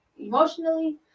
emotionally